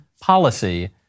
policy